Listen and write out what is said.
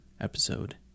episode